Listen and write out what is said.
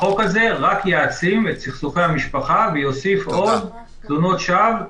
החוק הזה רק יעצים את סכסוכי המשפחה ויוסיף עוד תלונות שווא,